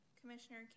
Commissioner